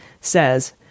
says